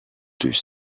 deux